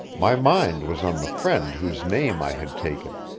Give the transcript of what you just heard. my mind was on the friend whose name i had taken,